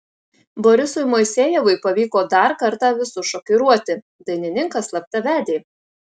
borisui moisejevui pavyko dar kartą visus šokiruoti dainininkas slapta vedė